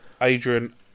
Adrian